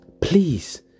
Please